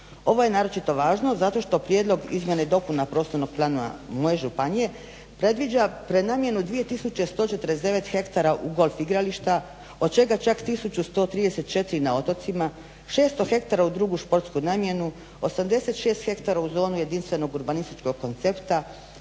Ovo je naročito važno zato što prijedlog izmjena i dopuna prostornog plana moje županije predviđa prenamjenu 2149 hektara u golf igrališta od čega čak 1134 na otocima, 600 hektara u drugu sportsku namjenu, 86 hektara u zonu jedinstvenog urbanističkog koncepta,